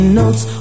notes